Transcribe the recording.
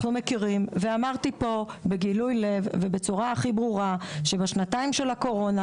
ואמרתי פה בגילוי לב ובצורה הכי ברורה: בשנתיים של הקורונה,